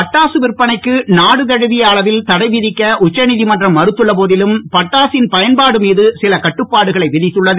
பட்டாக விற்பனைக்கு நாடு தழுவிய அளவில் தடை விதிக்க உச்சந்திமன்றம் மறுத்துள்ள போதிலும் பட்டாசின் பயன்பாடு மீது சில கட்டுப்பாட்டுகளை விதித்துள்ளது